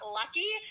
lucky